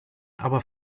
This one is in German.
aber